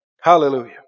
Hallelujah